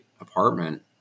apartment